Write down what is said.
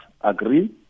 agree